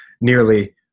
nearly